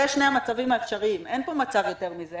זה שני המצבים האפשריים, אין פה מצב יותר מזה.